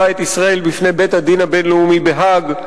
את ישראל בפני בית-הדין הבין-לאומי בהאג.